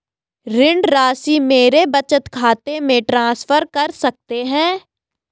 ऋण राशि मेरे बचत खाते में ट्रांसफर कर सकते हैं?